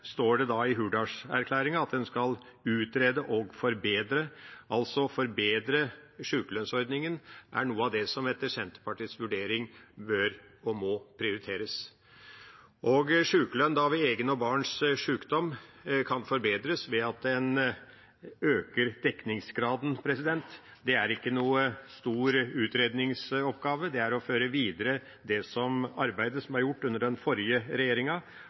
står det i Hurdalsplattformen at en skal utrede og forbedre – altså å forbedre sjukelønnsordningen er noe av det som etter Senterpartiets vurdering bør og må prioriteres. Sjukelønn ved egen og barns sjukdom kan forbedres ved at en øker dekningsgraden. Det er ikke noen stor utredningsoppgave, det er å føre videre det arbeidet som er gjort under den forrige regjeringa,